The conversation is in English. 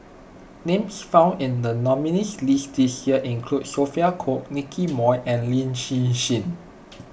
names found in the nominees' list this year include Sophia Cooke Nicky Moey and Lin Hsin Hsin